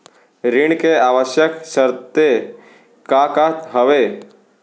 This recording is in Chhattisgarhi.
ऋण के आवश्यक शर्तें का का हवे?